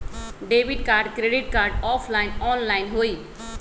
Debit card credit card offline online होई?